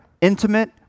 intimate